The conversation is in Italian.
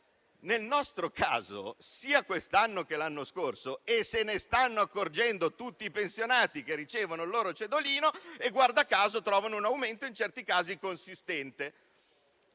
Nel nostro caso, sia quest'anno che l'anno scorso - se ne stanno accorgendo tutti i pensionati che ricevono il loro cedolino -, i pensionati trovano un aumento in certi casi consistente.